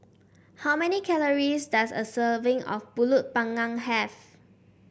how many calories does a serving of pulut panggang have